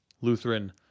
Lutheran